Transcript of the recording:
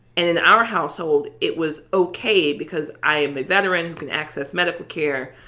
and in our household, it was ok because i am a veteran who can access medical care.